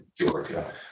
Georgia